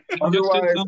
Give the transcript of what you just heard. Otherwise